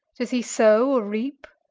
does he sow or reap?